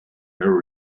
her